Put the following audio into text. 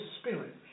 Spirit